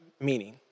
meaning